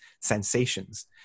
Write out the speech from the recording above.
sensations